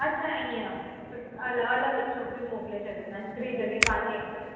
अच्छा ईअं अल अलॻि छोकिरियूं मोकिले छॾींदा हिकिड़ी जॻह कोन्हे